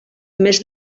més